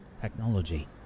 technology